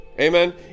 amen